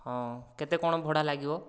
ହଁ କେତେ କଣ ଭଡ଼ା ଲାଗିବ